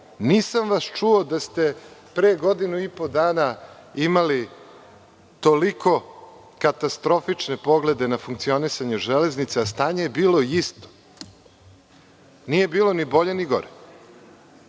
Nisam vas čuo da ste pre godinu i po dana imali toliko katastrofične poglede na funkcionisanje železnica, a stanje je bilo isto. Nije bilo ni bolje ni gore. Ja